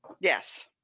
Yes